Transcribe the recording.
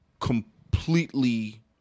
completely